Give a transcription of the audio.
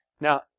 Now